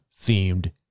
themed